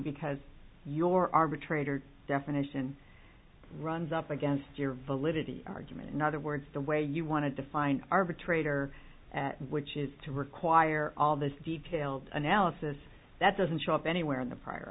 because your arbitrator definition runs up against your validity argument in other words the way you want to define arbitrator which is to require all this detailed analysis that doesn't show up anywhere in the prior